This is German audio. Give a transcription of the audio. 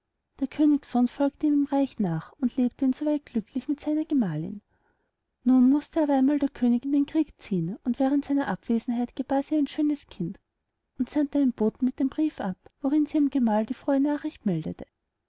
der königssohn folgte ihm im reich nach und lebte in soweit glücklich mit seiner gemahlin nun mußte aber einmal der könig in den krieg ziehen und während seiner abwesenheit gebar sie ein schönes kind und sandte einen boten mit einem brief ab worin sie ihrem gemahl die frohe nachricht meldete